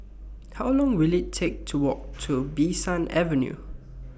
How Long Will IT Take to Walk to Bee San Avenue